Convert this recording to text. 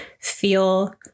feel